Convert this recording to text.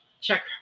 check